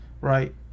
Right